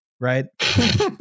right